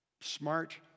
Smart